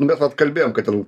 bet vat kalbėjom kad ten